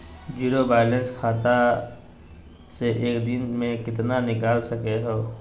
Zero balance खाता से एक दिन में कितना निकाल सको है?